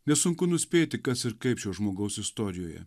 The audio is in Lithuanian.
nesunku nuspėti kas ir kaip šio žmogaus istorijoje